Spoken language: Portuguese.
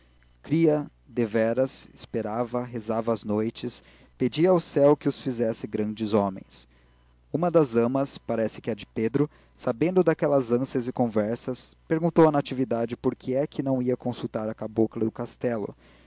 cria deveras esperava rezava às noites pedia ao céu que os fizesse grandes homens uma das amas parece que a de pedro sabendo daquelas ânsias e conversas perguntou a natividade por que é que não ia consultar a cabocla do castelo